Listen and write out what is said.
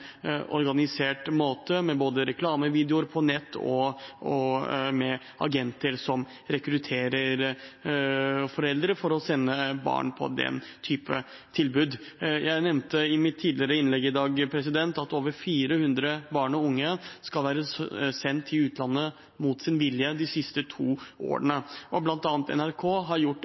organisert måte, både med reklamevideoer på nett og med agenter som rekrutterer foreldre til å sende barn på den type tilbud. Jeg nevnte i mitt tidligere innlegg i dag at over 400 barn og unge skal være sendt til utlandet mot sin vilje de siste to årene. Blant annet NRK har gjort